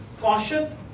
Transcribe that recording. caution